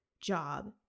job